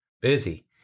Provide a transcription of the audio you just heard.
busy